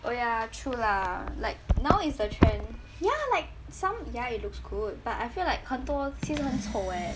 oh ya true lah like now is the trend ya like some ya it looks good but I feel like 很多其实很丑 eh